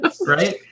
right